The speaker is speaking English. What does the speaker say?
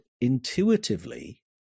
intuitively